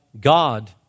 God